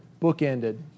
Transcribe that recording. bookended